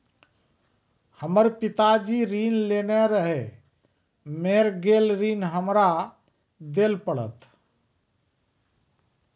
हमर पिताजी ऋण लेने रहे मेर गेल ऋण हमरा देल पड़त?